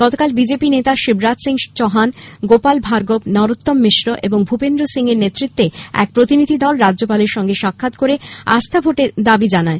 গতকাল বিজেপি নেতা শিবারজ সিং চৌহান গোপাল ভার্গব নরোত্তম মিশ্র এবং ভূপেন্দ্র সিং এর নেতৃত্বে এক প্রতিনিধি দল রাজ্যপালের সঙ্গে সাক্ষাত্ করে আস্হাভোটের দাবী জানায়